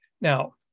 Now